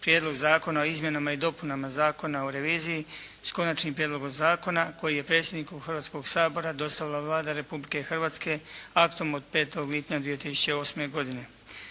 Prijedlog zakona o izmjenama i dopunama Zakona o reviziji, s Konačnim prijedlogom zakona koji je predsjedniku Hrvatskoga sabora dostavila Vlada Republike Hrvatske aktom od 5. lipnja 2008. godine.